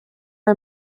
are